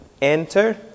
enter